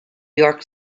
york